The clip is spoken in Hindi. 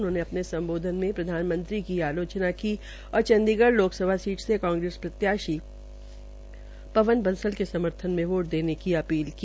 उन्होंने अपने सम्बोधन मे प्रधानमंत्री की आलोचना की और चंडीगढ़ लोकसभा सीट पर कांग्रेस प्रत्याशी पवन बंसल के समर्थन में वोटी देने की अपील की